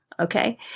Okay